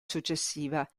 successiva